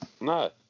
No